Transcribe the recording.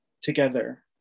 together